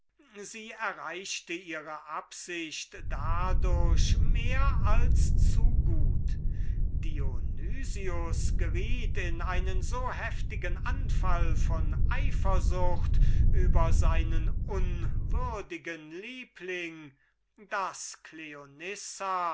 sie ihre absicht dadurch mehr als zu gut erreichte dionys geriet in einen so heftigen anfall von eifersucht über seinen unwürdigen liebling dieser